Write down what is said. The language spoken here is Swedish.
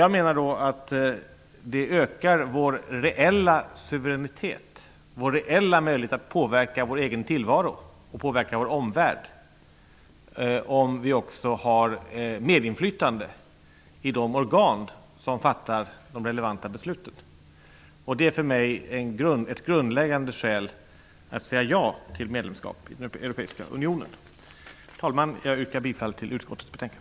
Jag menar att det ökar vår reella suveränitet, vår reella möjlighet att påverka vår egen tillvaro och vår omvärld om vi också har medinflytande i de organ som fattar de relevanta besluten. Det är för mig ett grundläggande skäl till att säga ja till ett medlemskap i Europeiska unionen. Herr talman! Jag yrkar bifall till utskottets hemställan.